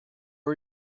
are